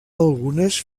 algunes